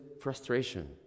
frustration